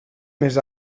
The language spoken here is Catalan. més